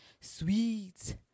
Sweet